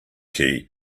key